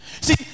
see